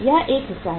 यह एक हिस्सा है